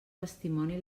testimoni